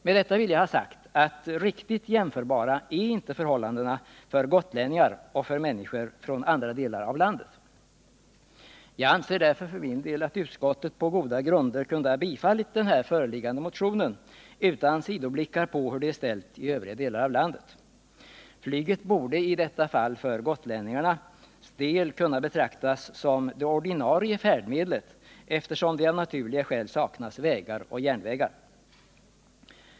Med detta vill jag ha sagt att riktigt jämförbara är inte förhållandena för gotlänningar och för människor från andra delar av landet. Jag anser därför för min del att utskottet på goda grunder kunde ha biträtt den föreliggande motionen utan sidoblickar på hur det är ställt i övriga delar av landet. Flyget borde i detta fall, för gotlänningarnas del, kunna betraktas som det ordinarie färdmedlet eftersom det av naturliga skäl saknas väg och järnväg.